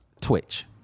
Twitch